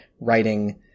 writing